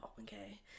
okay